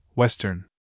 Western